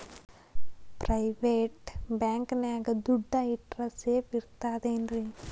Private bank ನ್ಯಾಗ್ ದುಡ್ಡ ಇಟ್ರ ಸೇಫ್ ಇರ್ತದೇನ್ರಿ?